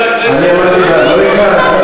אל תבנה, אתם נדבקים בנו.